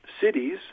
cities